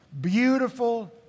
beautiful